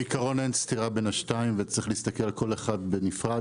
בעיקרון אין סתירה בין השניים וצריך להסתכל על כל אחד בנפרד.